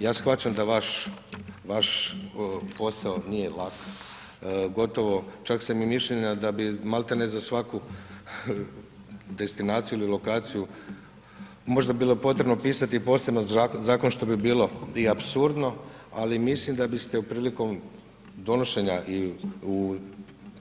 Ja shvaćam da vaš posao nije lak, gotovo čak sam i mišljenja da bi malti ne za svaku destinaciju ili lokaciju možda bilo potrebno pisati i posebno zakon što bi bilo i apsurdno ali mislim da biste prilikom donošenja i